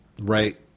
Right